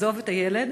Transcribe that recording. עזוב את הילד,